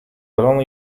balonu